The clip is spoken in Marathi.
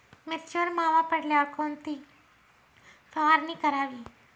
मिरचीवर मावा पडल्यावर कोणती फवारणी करावी?